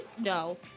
No